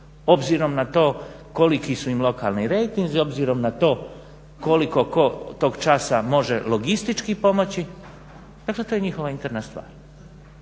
obzirom na to koliki su im lokalni rejtinzi, obzirom na to koliko tko tog časa može logistički pomoći. Dakle, to je njihova interna stvar.